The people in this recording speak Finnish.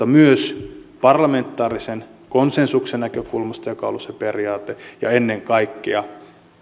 myös parlamentaarisen konsensuksen näkökulmasta joka on ollut se periaate ja ennen kaikkea